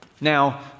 Now